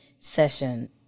session